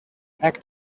act